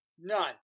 None